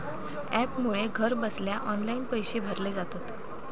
ॲपमुळे घरबसल्या ऑनलाईन पैशे भरले जातत